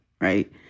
right